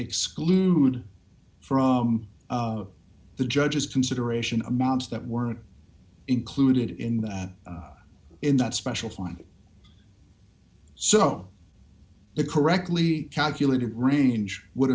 excluded from the judge's consideration amounts that weren't included in that in that special one so the correctly calculated range would